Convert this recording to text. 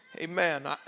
amen